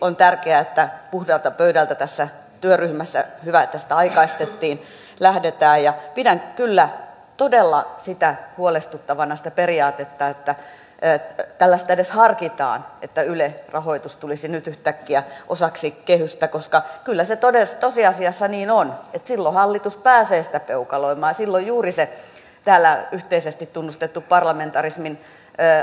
on tärkeää että puhtaalta pöydältä tässä työryhmässä lähdetään hyvä että sitä aikaistettiin ja pidän kyllä todella sitä periaatetta huolestuttavana että edes harkitaan että ylen rahoitus tulisi nyt yhtäkkiä osaksi kehystä koska kyllä se tosiasiassa niin on että silloin hallitus pääsee sitä peukaloimaan ja silloin juuri se täällä yhteisesti tunnustettu parlamentarismin asema heikkenee